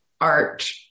art